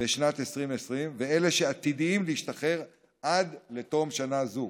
בשנת 2020 ולאלה שעתידים להשתחרר עד לתום שנה זו,